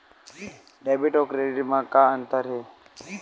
Debit अउ credit म का अंतर हे?